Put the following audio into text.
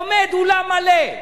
אולם מלא,